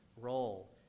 role